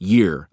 Year